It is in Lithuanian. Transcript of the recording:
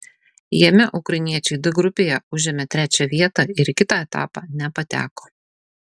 jame ukrainiečiai d grupėje užėmė trečią vietą ir kitą etapą nepateko